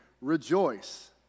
rejoice